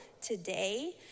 today